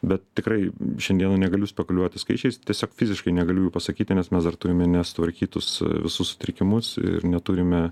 bet tikrai šiandieną negaliu spekuliuoti skaičiais tiesiog fiziškai negaliu pasakyti nes mes dar turime nesutvarkytus visus sutrikimus ir neturime